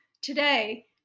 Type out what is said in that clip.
today